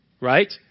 Right